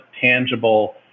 tangible